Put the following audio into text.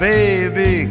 Baby